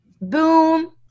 Boom